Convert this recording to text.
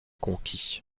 conquis